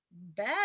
Bad